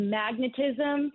magnetism